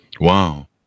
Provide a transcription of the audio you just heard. wow